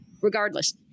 regardless